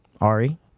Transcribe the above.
Ari